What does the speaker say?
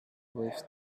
with